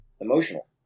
emotional